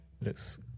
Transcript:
Looks